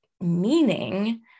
meaning